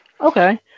Okay